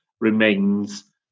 remains